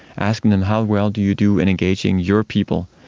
asking them how well do you do in engaging your people,